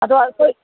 ꯑꯗꯣ ꯑꯇꯩ